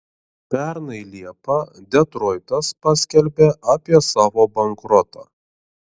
pernai liepą detroitas paskelbė apie savo bankrotą